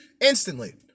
Instantly